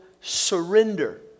surrender